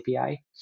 API